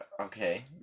okay